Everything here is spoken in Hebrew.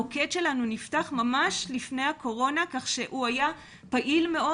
כמובן שהמוקד שלנו נפתח ממש לפני הקורונה כך שהוא היה פעיל מאוד.